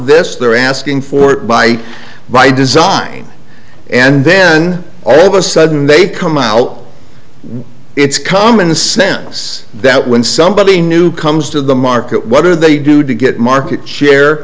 this they're asking for it by by design and then all of a sudden they come out it's common sense that when somebody new comes to the market what do they do to get market share